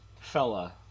fella